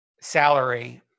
salary